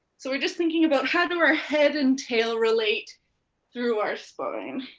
so we're just thinking about how do our head and tail relate through our spine.